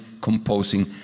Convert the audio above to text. composing